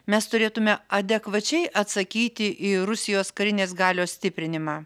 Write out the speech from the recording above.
mes turėtume adekvačiai atsakyti į rusijos karinės galios stiprinimą